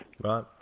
Right